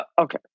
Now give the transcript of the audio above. Okay